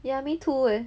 ya me too eh